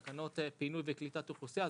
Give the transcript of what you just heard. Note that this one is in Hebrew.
תקנות פינוי וקליטת אוכלוסייה.